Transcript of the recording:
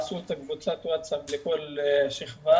עשו את קבוצת הוואטסאפ לכל שכבה,